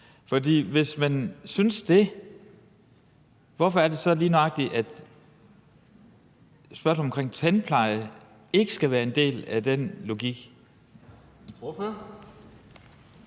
hvis man synes det, hvorfor er det så lige nøjagtig, at spørgsmålet omkring tandpleje ikke skal være en del af den logik?